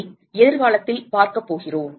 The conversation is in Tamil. அதை எதிர்காலத்தில் பார்க்கப் போகிறோம்